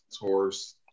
horse